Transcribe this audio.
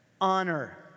honor